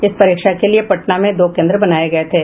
इस परीक्षा के लिए पटना में दो केन्द्र बनाये गये थे